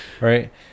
right